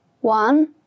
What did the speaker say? one